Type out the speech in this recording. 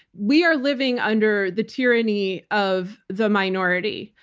we are living under the tyranny of the minority,